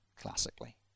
classically